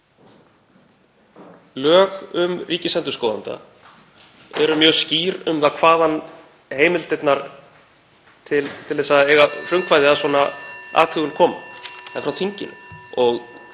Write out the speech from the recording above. Lög um ríkisendurskoðanda eru mjög skýr um það hvaðan heimildirnar til að eiga frumkvæði að svona athugun koma. (Forseti hringir.)